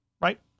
right